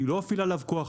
אני לא אפעיל עליו כוח,